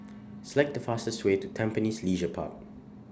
Select The fastest Way to Tampines Leisure Park